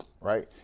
Right